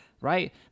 right